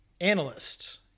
analyst